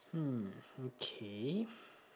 hmm okay